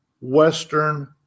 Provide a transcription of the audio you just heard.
Western